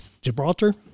Gibraltar